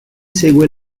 segue